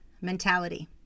mentality